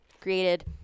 created